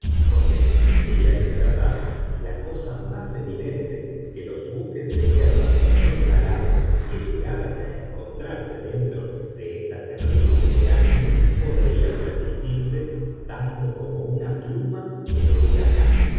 porque me parecía en verdad la cosa más evidente que los buques de guerra de mayor calado que llegaran a encontrarse dentro de esta terrible vorágine podrían resistirse tanto como una pluma en el huracán